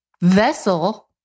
vessel